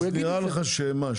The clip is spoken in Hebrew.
אז נראה לך שמה?